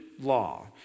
law